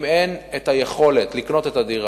אם אין יכולת לקנות את הדירה,